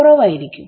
കുറവായിരിക്കും